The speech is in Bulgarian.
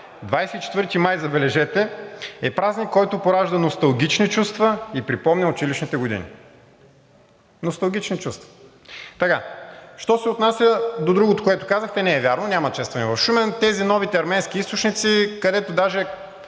24 май – забележете, е празник, който поражда носталгични чувства и припомня училищните години.“ Носталгични чувства! Що се отнася до другото, което казахте – не е вярно, няма честване в Шумен, тези новите арменски източници, защото знам